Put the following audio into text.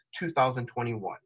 2021